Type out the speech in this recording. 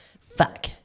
Fuck